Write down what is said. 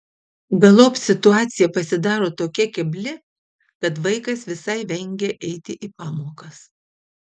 galop situacija pasidaro tokia kebli kad vaikas visai vengia eiti į pamokas